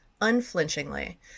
unflinchingly